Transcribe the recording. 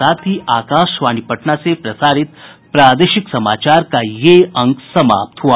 इसके साथ ही आकाशवाणी पटना से प्रसारित प्रादेशिक समाचार का ये अंक समाप्त हुआ